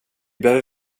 behöver